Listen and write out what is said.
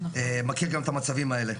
מכיר גם את המצבים האלה.